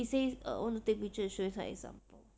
he says err want to take picture to show you some example